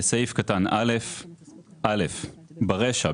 בסעיף קטן (א) ברישה,